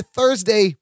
Thursday